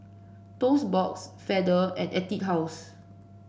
Toast Box Feather and Etude House